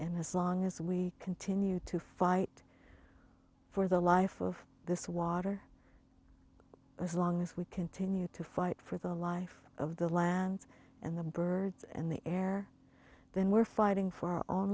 and as long as we continue to fight for the life of this water as long as we continue to fight for the life of the lands and the birds and the air then we're fighting for our own